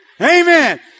Amen